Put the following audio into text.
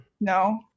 No